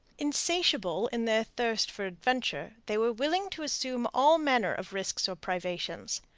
insatiable in their thirst for adventure, they were willing to assume all manner of risks or privations.